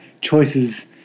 choices